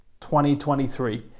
2023